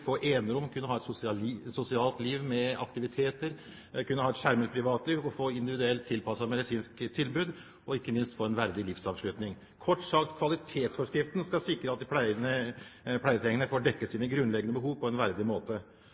få enerom, kunne ha et sosialt liv med aktiviteter, kunne ha et skjermet privatliv, få individuelt tilpasset medisinsk tilbud og ikke minst få en verdig livsavslutning. Kort sagt: Kvalitetsforskriften skal sikre at de pleietrengende får dekket sine grunnleggende behov på en verdig måte.